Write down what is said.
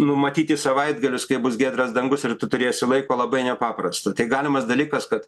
numatyti savaitgalius kai bus giedras dangus ir tu turėsi laiko labai nepaprasta tik galimas dalykas kad